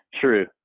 true